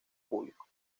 público